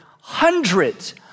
hundreds